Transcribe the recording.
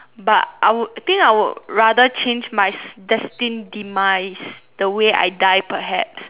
but I would think I would rather change my destined demise the way I die perhaps